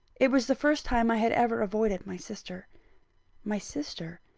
it was the first time i had ever avoided my sister my sister,